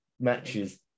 matches